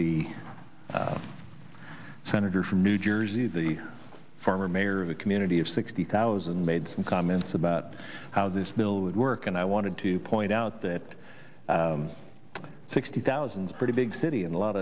the senator from new jersey the former mayor of the community of sixty thousand made some comments about how this bill would work and i wanted to point out that sixty thousand pretty big city and a lot